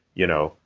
you know,